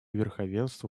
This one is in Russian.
верховенство